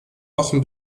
wochen